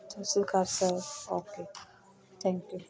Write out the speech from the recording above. ਸਤਿ ਸ਼੍ਰੀ ਅਕਾਲ ਸਰ ਓਕੇ ਥੈਂਕਿ ਊ